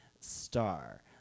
star